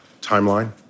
timeline